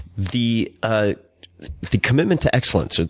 the ah the commitment to excellence,